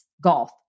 golf